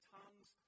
tongues